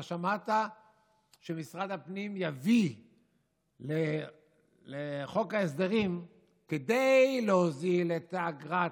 אתה שמעת שמשרד הפנים יביא בחוק ההסדרים שכדי להוזיל את אגרת